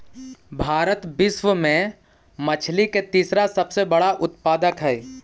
भारत विश्व में मछली के तीसरा सबसे बड़ा उत्पादक हई